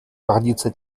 гордиться